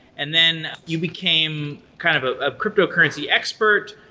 and then you became kind of a ah cryptocurrency expert.